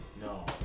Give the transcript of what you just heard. no